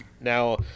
Now